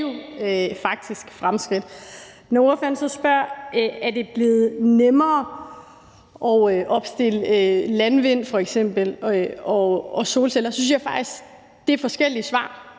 Når ordføreren så spørger, om det er blevet nemmere at opstille f.eks. anlæg til landvind og solceller, synes jeg faktisk, at der er forskellige svar.